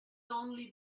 only